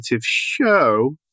show